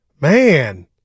Man